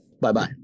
Bye-bye